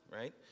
right